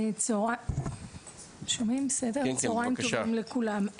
צוהריים טובים לכולם,